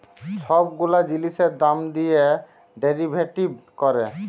ছব গুলা জিলিসের দাম দিঁয়ে ডেরিভেটিভ ক্যরে